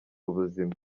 ubuzima